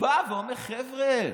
בא ואומר: חבר'ה,